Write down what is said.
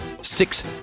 six